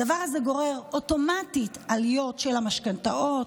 והדבר הזה גורר אוטומטית עליות של המשכנתאות,